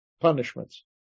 punishments